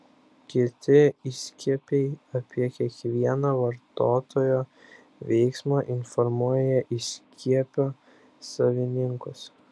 kiti įskiepiai apie kiekvieną vartotojo veiksmą informuoja įskiepio savininkus